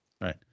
Right